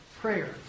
prayer